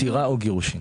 פטירה או גירושין.